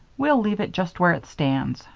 we'll leave it just where it stands,